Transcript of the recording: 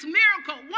miracle